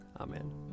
Amen